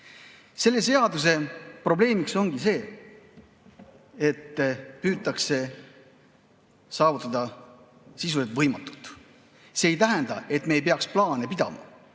Selle seaduse probleem ongi see, et püütakse saavutada sisuliselt võimatut. See ei tähenda, et me ei peaks plaane pidama.